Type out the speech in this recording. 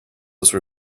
those